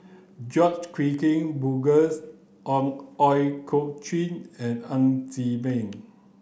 George Edwin Bogaars on Ooi Kok Chuen and Ng Chee Meng